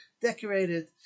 decorated